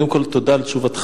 קודם כול, תודה על תשובתך.